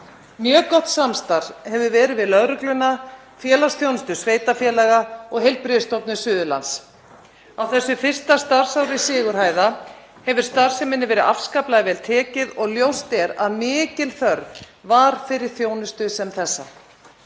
Mjög gott samstarf hefur verið við lögregluna, Félagsþjónustu sveitarfélaga og Heilbrigðisstofnun Suðurlands. Á þessu fyrsta starfsári Sigurhæða hefur starfseminni verið afskaplega vel tekið og ljóst er að mikil þörf var fyrir þjónustu sem þessa.